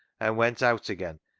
and went out again,